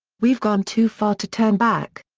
we've gone too far to turn back.